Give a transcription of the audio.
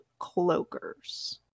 Cloakers